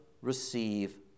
receive